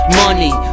money